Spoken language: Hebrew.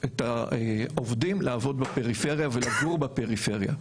את העובדים לעבוד ולגור בפריפריה.